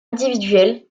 individuelles